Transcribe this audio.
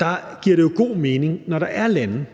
Der giver det jo god mening, når der er lande,